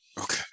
Okay